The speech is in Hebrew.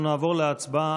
ואנו נעבור להצבעה.